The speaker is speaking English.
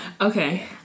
Okay